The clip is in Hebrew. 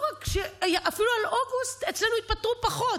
אפילו עד אוגוסט אצלנו התפטרו פחות.